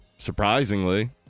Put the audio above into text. surprisingly